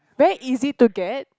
very easy to get